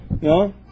No